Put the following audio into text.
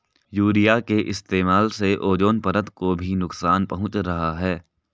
urea के इस्तेमाल से ओजोन परत को भी नुकसान पहुंच रहा है